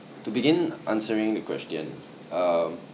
to begin answering the question um